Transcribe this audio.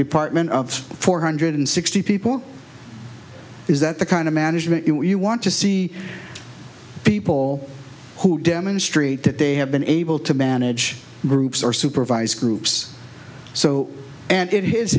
department of four hundred sixty people is that the kind of management you want to see people who demonstrate that they have been able to manage groups or supervise groups so and it is